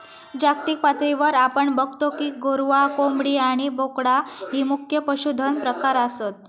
जागतिक पातळीवर आपण बगतो की गोरवां, कोंबडी आणि बोकडा ही मुख्य पशुधन प्रकार आसत